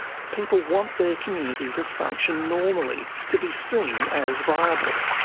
people want their community to function normally, to be seen as viable.